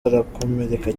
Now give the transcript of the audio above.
arakomereka